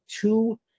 two